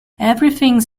everything’s